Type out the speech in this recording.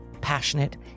passionate